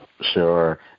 sure